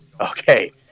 okay